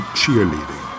cheerleading